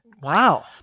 Wow